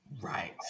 Right